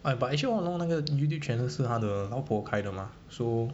ai~ but all along 那个 youtube channel 不是他的老婆开的吗 so